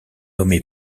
nommé